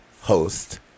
host